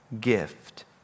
gift